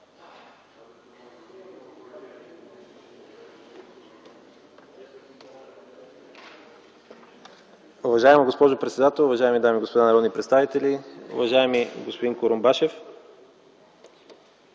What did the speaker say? Уважаема госпожо председател, уважаеми госпожи и господа народни представители! Уважаеми господин Бисеров,